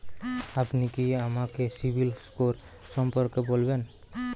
আপনি কি আমাকে সিবিল স্কোর সম্পর্কে বলবেন?